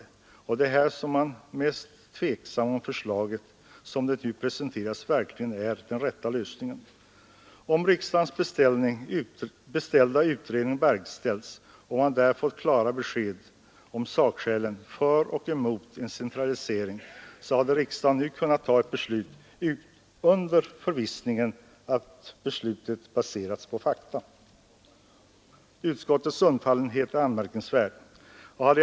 Det är också här som det är mest tveksamt om förslaget, som det nu presenterats, verkligen är den rätta lösningen. Om riksdagens beställda utredning verkställts och vi därmed hade fått klara besked om sakskälen för och emot en centralisering, så hade riksdagen nu kunnat ta ett beslut i förvissningen att det baserats på fakta. Utskottets undfallenhet är anmärkningsvärd.